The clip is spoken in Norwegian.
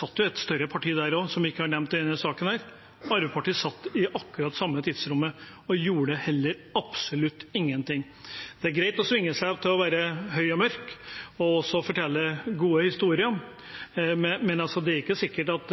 satt jo et større parti der også, som ikke har vært nevnt i denne saken. Arbeiderpartiet satt i regjering i akkurat det samme tidsrommet og gjorde absolutt ingenting. Det er greit å svinge seg, være høy og mørk og også fortelle gode historier, men det er ikke sikkert at